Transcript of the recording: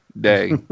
day